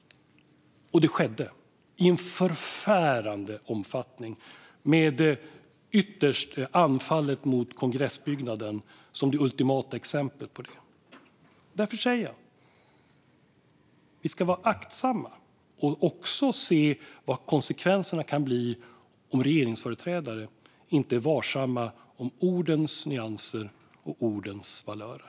Och det skedde i en förfärande omfattning - ytterst med anfallet mot kongressbyggnaden som det ultimata exemplet på det. Därför säger jag att vi ska vara aktsamma och tänka på vad konsekvenserna kan bli om regeringsföreträdare inte är varsamma med ordens nyanser och ordens valörer.